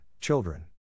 children